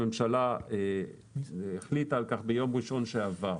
הממשלה החליטה על כך ביום ראשון שעבר.